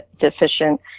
deficient